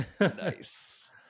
Nice